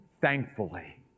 thankfully